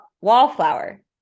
Wallflower